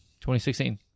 2016